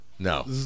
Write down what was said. No